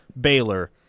Baylor